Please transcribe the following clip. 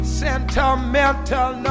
sentimental